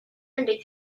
and